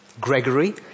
Gregory